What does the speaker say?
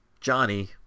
Johnny